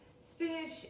spinach